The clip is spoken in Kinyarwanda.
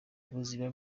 ubuzima